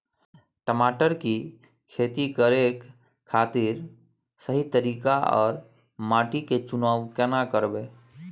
टमाटर की खेती करै के खातिर सही तरीका आर माटी के चुनाव केना करबै?